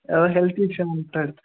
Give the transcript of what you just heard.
ஏதாவது health issue வந்துட்டா எடுத்திருக்கான்